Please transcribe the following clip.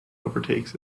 overtakes